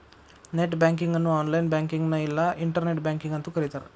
net banking ಅನ್ನು online ಬ್ಯಾಂಕಿಂಗ್ನ ಇಲ್ಲಾ ಇಂಟರ್ನೆಟ್ ಬ್ಯಾಂಕಿಂಗ್ ಅಂತೂ ಕರಿತಾರ